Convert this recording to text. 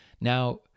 Now